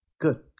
Good